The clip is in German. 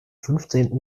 fünfzehnten